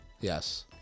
Yes